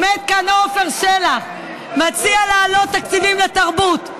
עומד כאן עפר שלח ומציע להעלות תקציבים לתרבות.